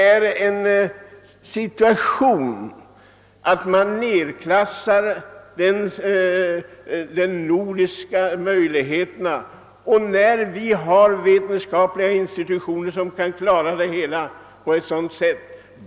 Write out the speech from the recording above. Nej, här förekommer det en formlig nedklassning av de nordiska möjligheterna. Vi har vetenskapliga institutioner, där man kan klara uppgifterna på bästa sätt.